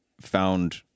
found